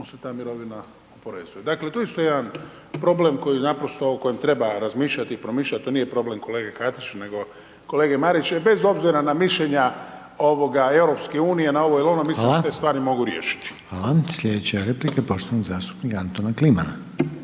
(HDZ)** Hvala. Sljedeća replika poštovanog zastupnika Antona Klimana.